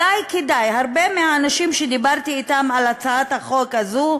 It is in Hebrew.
הרבה מהאנשים שדיברתי אתם על הצעת החוק הזאת אמרו: